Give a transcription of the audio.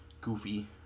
goofy